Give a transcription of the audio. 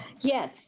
Yes